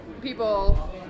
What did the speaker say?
people